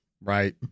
Right